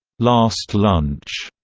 last lunch